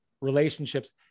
relationships